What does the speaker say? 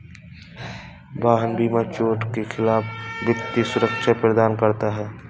वाहन बीमा चोट के खिलाफ वित्तीय सुरक्षा प्रदान करना है